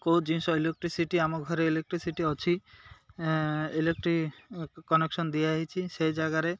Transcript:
କେଉଁ ଜିନିଷ ଇଲେକ୍ଟ୍ରିସିଟି ଆମ ଘରେ ଇଲେକ୍ଟ୍ରିସିଟି ଅଛି ଇଲେକ୍ଟ୍ରି କନେକ୍ସନ୍ ଦିଆ ହେଇଛି ସେ ଜାଗାରେ